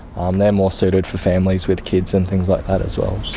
um they're more suited for families with kids and things like that as well.